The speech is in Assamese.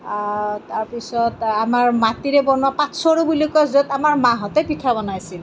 তাৰপিছত আমাৰ মাটিৰে বনোৱা পাটচৰু বুলি কয় য'ত আমাৰ মাহঁতে পিঠা বনাইছিল